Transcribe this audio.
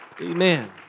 Amen